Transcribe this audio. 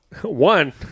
one